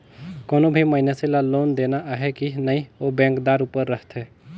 कोनो भी मइनसे ल लोन देना अहे कि नई ओ बेंकदार उपर रहथे